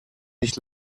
nicht